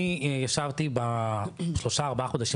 אני ישבתי בשלושה או בארבעה החודשים